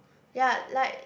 ya like